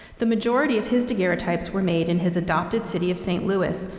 the majority of his daguerreotypes were made in his adopted city of st. louis,